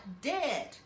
dead